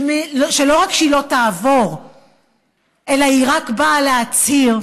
שלא רק שלא תעבור אלא היא רק באה להצהיר,